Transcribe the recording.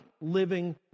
living